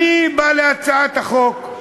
אני בא להצעת החוק,